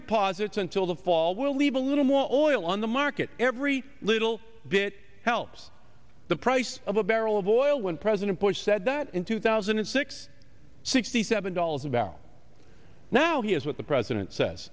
deposits until the fall will leave a little more oil on the market every little bit helps the price of a barrel of oil president bush said that in two thousand and six sixty seven dollars a barrel now here's what the president says